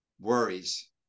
worries